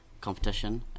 competition